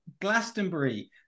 Glastonbury